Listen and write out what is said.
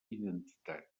identitat